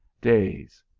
days,